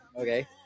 Okay